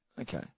Okay